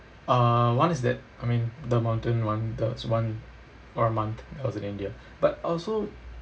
uh one is that I mean the mountain [one] that was one or a month I was in india but also